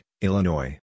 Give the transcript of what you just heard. Illinois